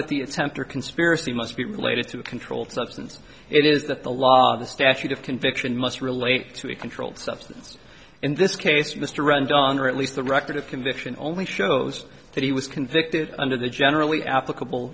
that the attempt or conspiracy must be related to a controlled substance it is that the law the statute of conviction must relate to a controlled substance in this case mr wrenn done or at least the record of conviction only shows that he was convicted under the generally applicable